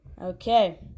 Okay